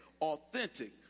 Authentic